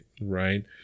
right